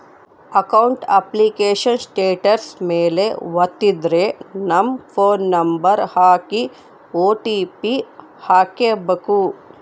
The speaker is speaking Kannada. ಅಕೌಂಟ್ ಅಪ್ಲಿಕೇಶನ್ ಸ್ಟೇಟಸ್ ಮೇಲೆ ವತ್ತಿದ್ರೆ ನಮ್ ಫೋನ್ ನಂಬರ್ ಹಾಕಿ ಓ.ಟಿ.ಪಿ ಹಾಕ್ಬೆಕು